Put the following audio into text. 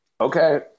Okay